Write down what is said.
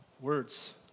Words